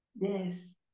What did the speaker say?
Yes